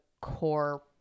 core